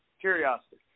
Curiosity